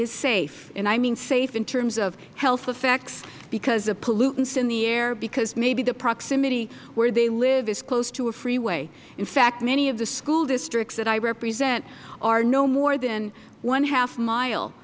is safe and i mean safe in terms of health effects because of pollutants in the air because maybe the proximity where they live is close to a freeway in fact many of the school districts that i represent are no more than one half mile